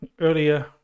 earlier